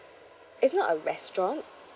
it's not a restaurant